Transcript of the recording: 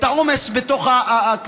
את העומס בכבישים.